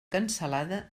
cansalada